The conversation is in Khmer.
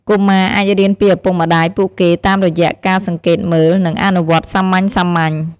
កុមារអាចរៀនពីឪពុកម្ដាយពួកគេតាមរយៈការសង្កេតមើល និងអនុវត្តសាមញ្ញៗ។